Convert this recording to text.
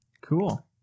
cool